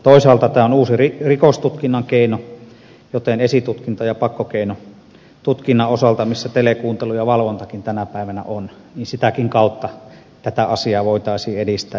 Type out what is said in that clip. toisaalta tämä on uusi rikostutkinnan keino joten esitutkinta ja pakkokeinotutkinnan osalta missä telekuuntelu ja valvontakin tänä päivänä ovat tätä asiaa voitaisiin edistää